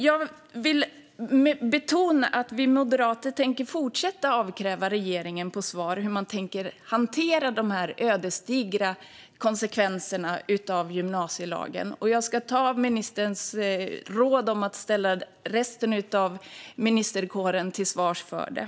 Jag vill betona att vi moderater tänker fortsätta avkräva regeringen svar på hur den tänker hantera de ödesdigra konsekvenserna av gymnasielagen. Jag ska också ta ministerns råd om att ställa resten av ministerkåren till svars för det.